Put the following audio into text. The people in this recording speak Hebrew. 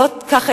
להיות ככה,